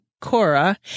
Cora